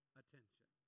attention